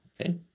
Okay